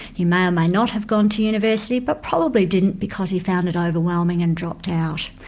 he may or may not have gone to university but probably didn't because he found it overwhelming and dropped out.